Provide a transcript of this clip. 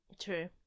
True